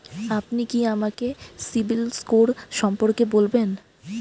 আপনি কি আমাকে সিবিল স্কোর সম্পর্কে বলবেন?